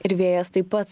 ir vėjas tai pat